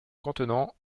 contenant